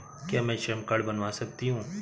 क्या मैं श्रम कार्ड बनवा सकती हूँ?